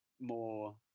more